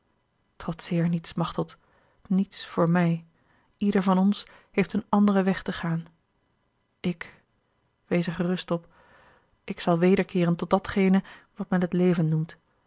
trotseer niets machteld niets voor mij ieder van ons heeft een anderen weg te gaan ik wees er gerust op ik zal wederkeeren tot datgene wat men het leven noemt